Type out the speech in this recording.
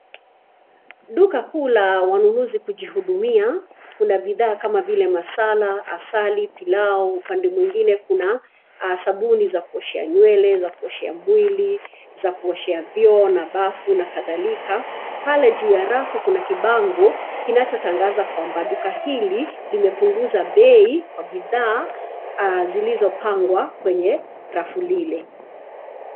Duka kuu la wanunuzi kujihudumia. Kuna bidhaa kama vile: masala, asali, pilau. Upande mwingine kuna: sabuni za kuoshea nywele, za kuoshea mwili, za kuoshea vyoo na bafu na kadhalika. Pale juu ya rafu kuna kibango kinachotangaza kwamba duka hili limepunguza bei kwa bidhaa zilizopangwa kwenye rafu lile.